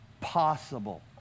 possible